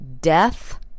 death